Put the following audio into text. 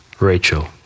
Rachel